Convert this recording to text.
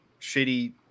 shitty